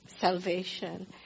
salvation